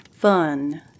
fun